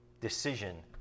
decision